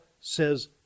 says